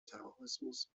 terrorismus